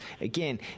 again